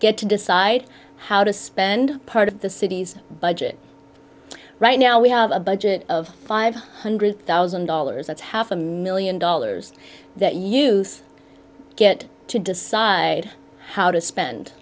get to decide how to spend part of the city's budget right now we have a budget of five hundred thousand dollars that's half a million dollars that you use get to decide how to spend